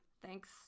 Thanks